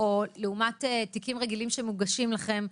לעומת אולי הליכים רגילים או לעומת תיקים רגילים שמוגשים לכם.